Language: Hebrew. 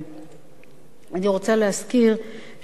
אני רוצה להזכיר שהצעת החוק נולדה,